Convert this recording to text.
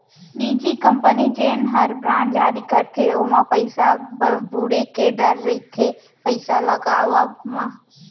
निजी कंपनी जेन हर बांड जारी करथे ओमा पइसा बुड़े के डर रइथे पइसा लगावब म